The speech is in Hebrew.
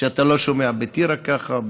כמעט אין שבוע שאתה לא שומע: בטירה ככה,